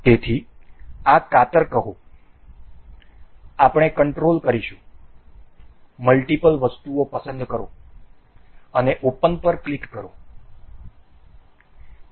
તેથી આ કાતર કહો આપણે કંટ્રોલ કરીશું મલ્ટીપલ વસ્તુઓ પસંદ કરો અને ઓપન પર ક્લિક કરો